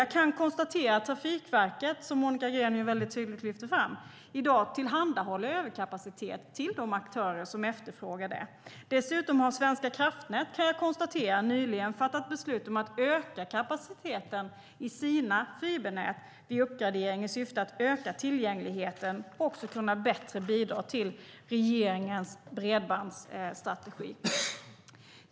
Jag kan konstatera att Trafikverket, som Monica Green väldigt tydligt lyfte fram, i dag tillhandahåller överkapacitet till de aktörer som efterfrågar det. Dessutom har Svenska kraftnät, kan jag konstatera, nyligen fattat beslut om att öka kapaciteten i sina fibernät vid uppgradering i syfte att öka tillgängligheten och också bättre kunna bidra till regeringens bredbandsstrategi.